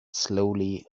slowly